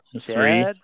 Three